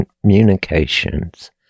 communications